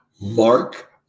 mark